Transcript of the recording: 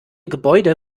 gebäude